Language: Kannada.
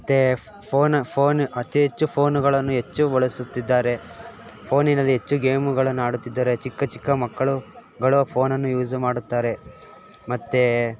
ಮತ್ತೆ ಫೋನ್ ಫೋನ್ ಅತಿ ಹೆಚ್ಚು ಫೋನ್ಗಳನ್ನು ಹೆಚ್ಚು ಬಳಸುತ್ತಿದ್ದಾರೆ ಫೋನಿನಲ್ಲಿ ಹೆಚ್ಚು ಗೇಮುಗಳನ್ನು ಆಡುತ್ತಿದ್ದಾರೆ ಚಿಕ್ಕ ಚಿಕ್ಕ ಮಕ್ಕಳುಗಳು ಫೋನನ್ನು ಯೂಸು ಮಾಡುತ್ತಾರೆ ಮತ್ತೆ